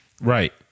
Right